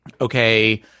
okay –